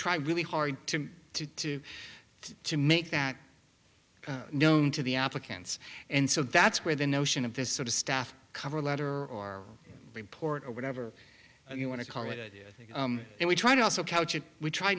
try really hard to to to to make that known to the applicants and so that's where the notion of this sort of staff cover letter or report or whatever you want to call it i think we try to also couch it we try